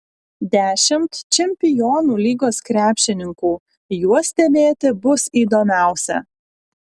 dešimt čempionų lygos krepšininkų juos stebėti bus įdomiausia